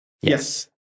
Yes